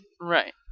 Right